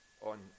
on